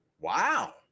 Wow